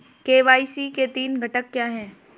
KYC के तीन घटक क्या हैं?